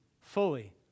fully